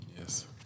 Yes